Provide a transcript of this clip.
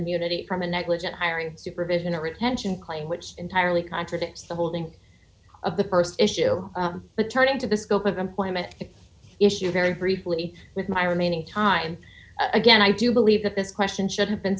immunity from a negligent hiring supervision a retention claim which entirely contradicts the holding of the st issue but turning to the scope of employment issue very briefly with my remaining time again i do believe that this question should have been